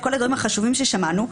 כל הדברים החשובים ששמענו,